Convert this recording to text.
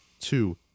two